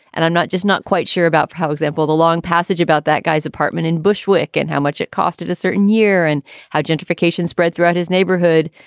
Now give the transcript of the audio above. and i'm not just not quite sure about, for example, the long passage about that guy's apartment in bushwick and how much it cost at a certain year and how gentrification spread throughout his neighborhood.